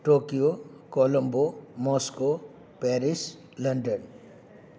Tokyo Colombo Moscow Paris London